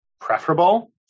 preferable